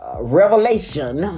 revelation